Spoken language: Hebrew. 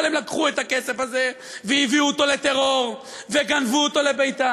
אבל הם לקחו את הכסף הזה והביאו אותו לטרור וגנבו אותו לביתם.